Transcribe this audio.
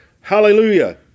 Hallelujah